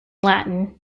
latin